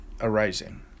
arising